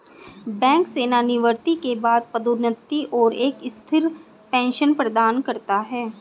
bank सेवानिवृत्ति के बाद पदोन्नति और एक स्थिर पेंशन प्रदान करता है